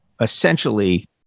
essentially